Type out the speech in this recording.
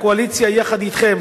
הקואליציה יחד אתכם,